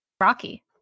rocky